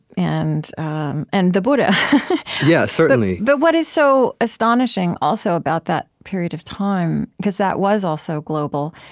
and um and the buddha yeah certainly but what is so astonishing, also, about that period of time, because that was also global,